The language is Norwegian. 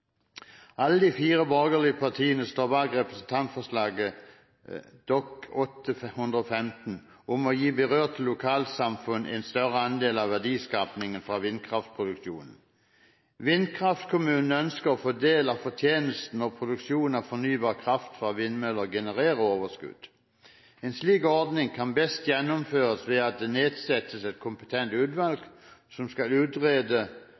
Alle de fire borgerlige partiene står bak representantforslaget Dokument 8: 115 S for 2012–2013, « om å gi berørte lokalsamfunn en større andel av verdiskapingen fra vindkraftproduksjon». Vindkraftkommunene ønsker å få en del av fortjenesten når produksjonen av fornybar kraft fra vindmøller genererer overskudd. En slik ordning kan best gjennomføres ved at det nedsettes et kompetent utvalg. Utvalget skal utrede